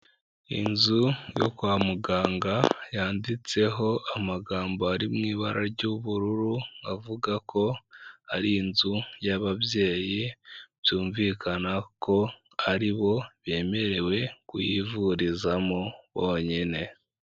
Inzu yo kwa muganga yanditseho amagambo ari mu ibara ry'ubururu avuga ko ari inzu y'ababyeyi byumvikana ko ari bo bemerewe kuyivurizamo bonyine.